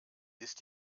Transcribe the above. ist